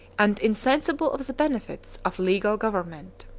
and insensible of the benefits, of legal government.